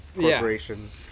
corporations